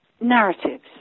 narratives